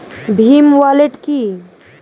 Bhim wallet কি?